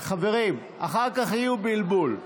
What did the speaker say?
חברים, אחר כך יהיה בלבול.